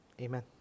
amen